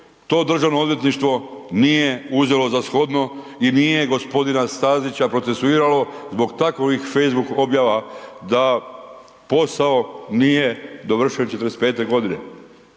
to državno odvjetništvo nije uzelo za shodno i nije gospodina Stazića procesuiralo zbog takvih facebook objava da posao nije dovršen '45. godine.